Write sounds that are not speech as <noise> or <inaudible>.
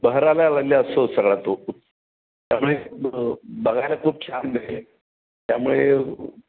बहराला <unintelligible> असतो सगळा तो त्यामुळे बघायला खूप छान त्यामुळे